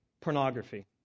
pornography